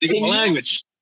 language